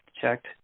checked